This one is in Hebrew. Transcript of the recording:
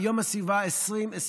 ביום הסביבה 2021,